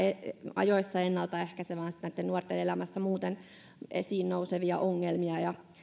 ajoissa ennaltaehkäisemään näitten nuorten elämässä muuten myöhemmin esiin nousevia ongelmia ja